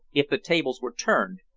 if the tables were turned,